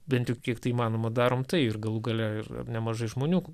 bent jau kiek tai įmanoma darom tai ir galų gale ir nemažai žmonių